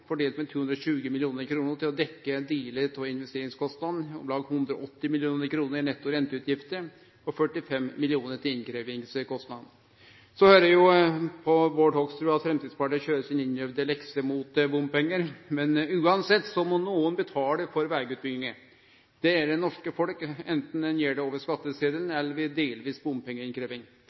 fordelt med 220 mill. kr til å dekkje delar av investeringskostnadene, om lag 180 mill. kr i netto renteutgifter og 45 mill. kr til innkrevjingskostnader. Så høyrer eg på Bård Hoksrud at Framstegspartiet køyrer si innøvde lekse mot bompengar. Men uansett må nokon betale for vegutbygging. Det er det norske folk, anten ein gjer det over skattesetelen eller ved delvis